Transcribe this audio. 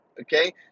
Okay